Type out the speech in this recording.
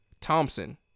Thompson